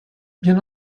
bien